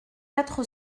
quatre